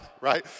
right